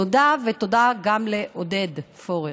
תודה, ותודה גם לעודד פורר.